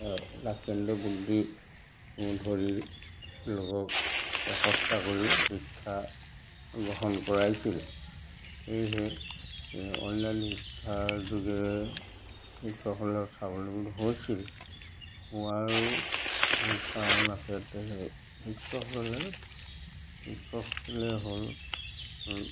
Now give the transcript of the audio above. শিক্ষা কেন্দ্ৰ খুলি ধৰি লোকক একসত্তা কৰি শিক্ষা গ্ৰহণ কৰাইছিল সেয়েহে এই অনলাইন শিক্ষাৰ যোগেৰে শিক্ষকসকল স্বাৱলম্বী হৈছিল হোৱাৰো বহুত কাৰণ আছে সেই শিক্ষকসকলে শিক্ষকসকলে হ'ল